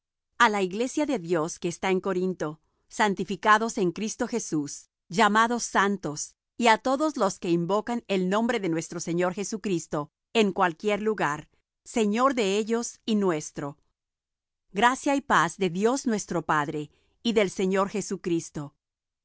a la iglesia de dios que está en corinto santificados en cristo jesús llamados santos y á todos los que invocan el nombre de nuestro señor jesucristo en cualquier lugar señor de ellos y nuestro gracia y paz de dios nuestro padre y del señor jesucristo